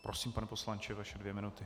Prosím, pane poslanče, vaše dvě minuty.